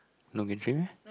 long entry meh